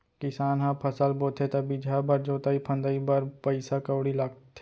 किसान ह फसल बोथे त बीजहा बर, जोतई फंदई बर पइसा कउड़ी लगाथे